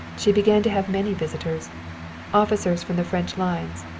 she began to have many visitors officers from the french lines,